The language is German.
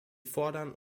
fordern